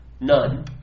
none